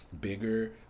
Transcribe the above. bigger